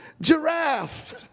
Giraffe